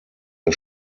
ihr